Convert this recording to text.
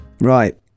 Right